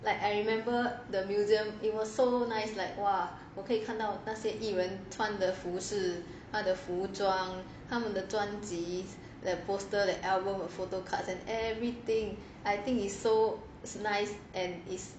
like I remember the museum it was so nice like !wah! 我可以看到那些艺人穿的的饰的服服装他们的专辑 the poster the album photo cards and everything I think it's so nice and it's